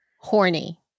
horny